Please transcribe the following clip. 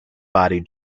body